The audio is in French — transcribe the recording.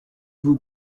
vous